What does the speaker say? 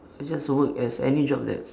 I just work as any job that's